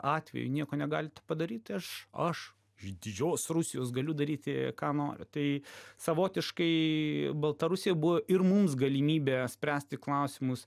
atveju nieko negalit padaryt tai aš aš iš didžios rusijos galiu daryti ką noriu tai savotiškai baltarusija buvo ir mums galimybė spręsti klausimus